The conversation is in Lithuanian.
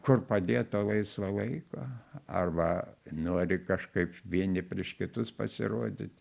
kur padėt to laisvo laiko arba nori kažkaip vieni prieš kitus pasirodyt